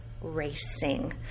racing